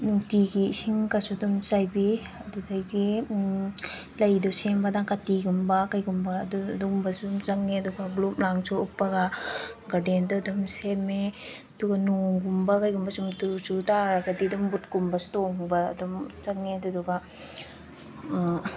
ꯅꯨꯡꯇꯤꯒꯤ ꯏꯁꯤꯡꯒꯁꯨ ꯑꯗꯨꯝ ꯆꯥꯏꯕꯤ ꯑꯗꯨꯗꯒꯤ ꯂꯩꯗꯣ ꯁꯦꯝꯕꯗ ꯀꯥꯇꯤꯒꯨꯝꯕ ꯀꯔꯤꯒꯨꯝꯕ ꯑꯗꯨꯒꯨꯝꯕꯁꯨ ꯑꯗꯨꯝ ꯆꯪꯉꯦ ꯑꯗꯨꯒ ꯒ꯭ꯂꯣꯞꯂꯥꯡꯁꯨ ꯎꯞꯄꯒ ꯒꯥꯔꯗꯦꯟꯗꯣ ꯑꯗꯨꯝ ꯁꯦꯝꯃꯦ ꯑꯗꯨꯒ ꯅꯣꯡꯒꯨꯝꯕ ꯀꯔꯤꯒꯨꯝꯕ ꯁꯨꯝ ꯆꯨꯇꯥꯔꯒꯗꯤ ꯑꯗꯨꯝ ꯕꯨꯠ ꯀꯨꯝꯕꯁꯨ ꯇꯣꯡꯕ ꯑꯗꯨꯝ ꯆꯪꯉꯦ ꯑꯗꯨꯗꯨꯒ